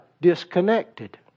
disconnected